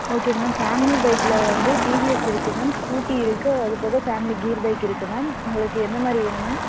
okay ma'am family பைக்கில் வந்து TVS இருக்குது மேம் ஸ்கூட்டி இருக்குது அதுபோக ஃபேமிலி கீர் பைக்கு இருக்குது மேம் உங்களுக்கு என்ன மாதிரி வேணும் மேம்